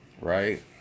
right